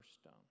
stone